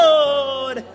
Lord